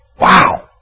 Wow